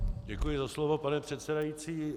Děkuji za slovo, paní předsedající.